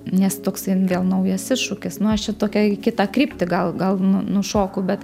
nes toks ir vėl naujas iššūkis nu aš čia tokią į kitą kryptį gal gal nu nušoku bet